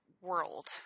world